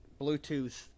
Bluetooth